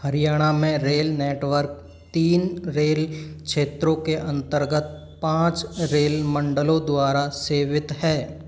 हरियाणा में rail network तीन rail क्षेत्रों के अंतर्गत पाँच रेल मंडलों द्वारा सेवित है